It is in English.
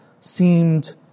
seemed